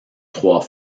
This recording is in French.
trois